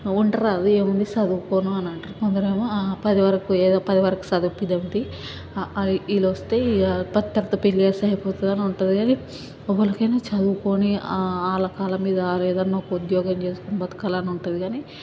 ఉండరాదు ఏముంది చదువుకోను అని అంటరు కొందరేమో ఆ పది వరకు ఎదో పది వరకు సదివిపిద్దాం తీ అ ఆ ఈ లు వస్తే ఇక పది తర్వాత పెళ్ళి చేస్తే అయిపోతుందని ఏవోలకైనా చదువుకొని వాళ్ళ కాళ్ళ మీద వాళ్ళు ఏదన్న ఒక ఉద్యోగం చేస్కోని బతకాలని ఉంటుంది కాని